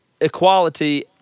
equality